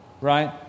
Right